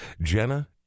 Jenna